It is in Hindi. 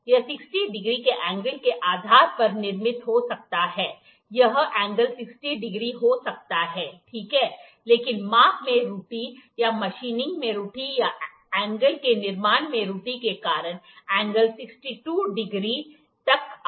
यह 60 डिग्री के एंगल के आधार पर निर्मित हो सकता है यह एंगल 60 डिग्री हो सकता है ठीक है लेकिन माप में त्रुटि या मशीनिंग में त्रुटि या एंगल के निर्माण में त्रुटि के कारण एंगल 62 डिग्री तक आ गया है